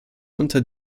unter